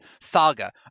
saga